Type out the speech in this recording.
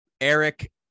Eric